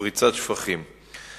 בסיוע מרכז טיהור שפכים עמק-חפר,